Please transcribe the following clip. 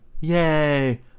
yay